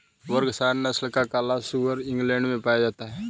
Berkshire नस्ल का काला सुअर इंग्लैण्ड में पाया जाता है